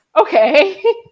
okay